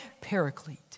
paraclete